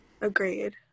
agreed